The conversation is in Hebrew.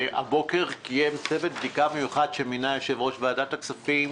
הבוקר קיים דיון צוות בדיקה מיוחד שמינה יושב-ראש ועדת הכספים